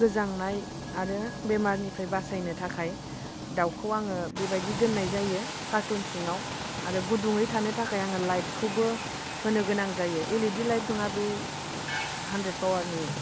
गोजांनाय आरो बेमारनिफ्राय बासायनो थाखाय दाउखौ आङो बेबायदि दोन्नाय जायो कार्टुन सिङाव आरो गुदुङै थानो थाखाय आङो लाइटखौबो होनो गोनां जायो एलइडि लाइट नङा बे हान्ड्रेड पाउवारनि